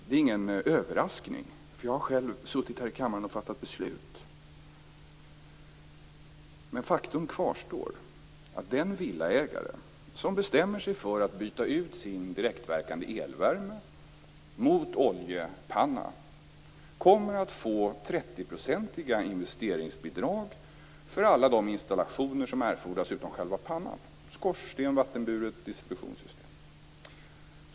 Det är ingen överraskning, därför att jag har själv suttit här i kammaren och fattat beslut. Men faktum kvarstår att den villaägare som bestämmer sig för att byta ut sin direktverkande elvärme mot oljepanna kommer att få 30 procentiga investeringsbidrag för alla de installationer som erfordras förutom själva pannan, dvs. skorsten och vattenburet distributionssystem.